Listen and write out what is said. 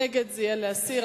נגד, זה להסיר.